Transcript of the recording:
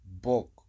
book